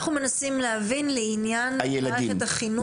אנחנו מנסים להבין לעניין מערכת החינוך.